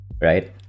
Right